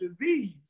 disease